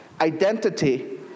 identity